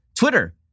Twitter